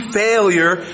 failure